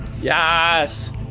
Yes